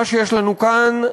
מה שיש לנו כאן,